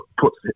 puts